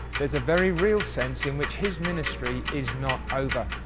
there is a very real sense in which his ministry is not over.